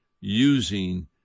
using